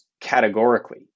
categorically